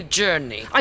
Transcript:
journey